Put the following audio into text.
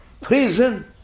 prison